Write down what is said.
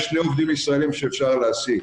יש שני עובדים ישראלים שאפשר להעסיק,